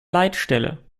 leitstelle